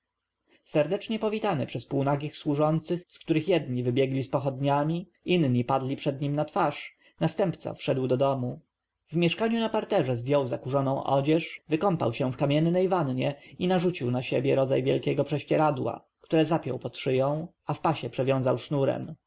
serdecznie powitany przez półnagich służących z których jedni wybiegli z pochodniami inni padli przed nim na twarz następca wszedł do domu w mieszkaniu na parterze zdjął zakurzoną odzież wykąpał się w kamiennej wannie i narzucił na siebie rodzaj wielkiego prześcieradła które zapiął pod szyją a w pasie przewiązał sznurem